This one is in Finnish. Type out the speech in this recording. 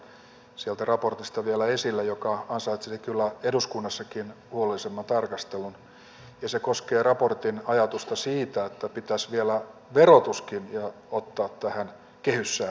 otan sieltä raportista kuitenkin esille vielä yhden asian joka ansaitsee kyllä eduskunnassakin huolellisemman tarkastelun ja se koskee raportin ajatusta siitä että pitäisi vielä verotuskin ottaa tähän kehyssääntöön mukaan